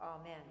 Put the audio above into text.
Amen